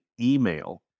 email